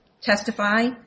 testify